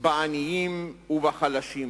בעניים ובחלשים,